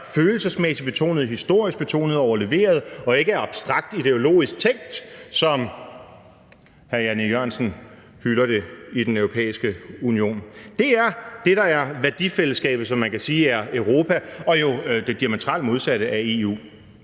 følelsesmæssigt betonet og historisk betonet og overleveret og ikke er abstrakt ideologisk tænkt – som hr. Jan E. Jørgensen hylder det i Den Europæiske Union. Det er det, der er værdifællesskabet, som man kan sige er Europa, og det er jo det diametralt modsatte af EU.